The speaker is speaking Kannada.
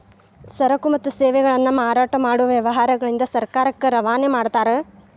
ಸರಕು ಮತ್ತು ಸೇವೆಗಳನ್ನ ಮಾರಾಟ ಮಾಡೊ ವ್ಯವಹಾರಗಳಿಂದ ಸರ್ಕಾರಕ್ಕ ರವಾನೆ ಮಾಡ್ತಾರ